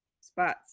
Spots